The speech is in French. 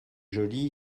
joli